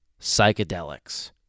psychedelics